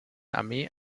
armee